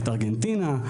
את ארגנטינה,